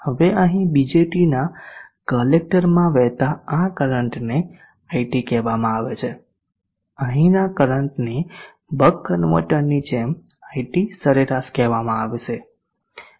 હવે અહીં BJTના કલેક્ટરમાં વહેતા આ કરંટને IT કહેવામાં આવે છે અહીંના કરંટને બક કન્વર્ટરની જેમ IT સરેરાશ કહેવામાં આવશે